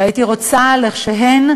והייתי רוצה שהן,